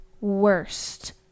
worst